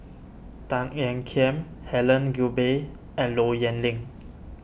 Tan Ean Kiam Helen Gilbey and Low Yen Ling